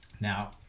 now